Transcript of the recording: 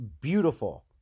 beautiful